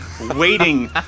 Waiting